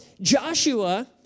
Joshua